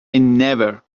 never